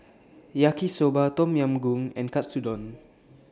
Yaki Soba Tom Yam Goong and Katsudon